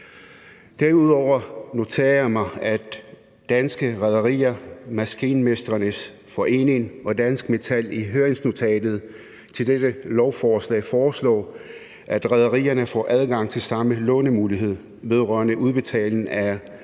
Derudover noterer jeg mig, at Danske Rederier, Maskinmestrenes Forening og Dansk Metal i høringsnotatet til dette lovforslag foreslår, at rederierne får adgang til samme lånemulighed vedrørende udbetaling af